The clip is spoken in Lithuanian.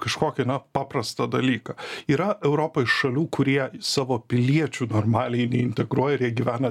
kažkokį na paprastą dalyką yra europoj šalių kurie savo piliečių normaliai neintegruoja ir jie gyvena